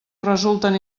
resulten